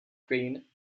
green